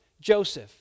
joseph